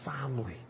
family